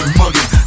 mugging